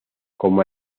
como